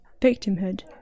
victimhood